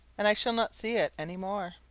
and i shall not see it any more.